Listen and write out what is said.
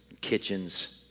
kitchens